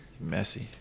Messy